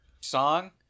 song